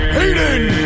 Hayden